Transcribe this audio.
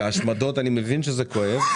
ואני מבין שההשמדות כואבות,